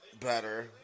better